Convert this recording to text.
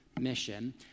mission